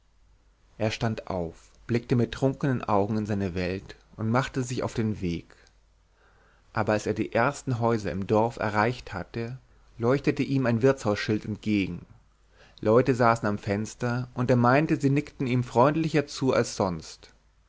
er stand auf blickte mit trunkenen augen in seine welt und machte sich auf den weg aber als er die ersten häuser im dorf erreicht hatte leuchtete ihm ein wirtshausschild entgegen leute saßen am fenster und er meinte sie nickten ihm freundlicher zu als sonst